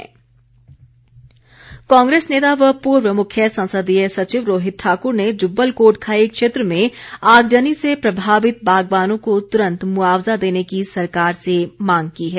रोहित ठाकुर कांग्रेस नेता व पूर्व मुख्य संसदीय सचिव रोहित ठाकुर ने जुब्बल कोटखाई क्षेत्र में आगजनी से प्रभावित बागवानों को तुरंत मुआवजा देने की सरकार से मांग की है